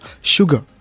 sugar